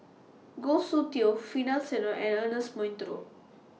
Goh Soon Tioe Finlayson and Ernest Monteiro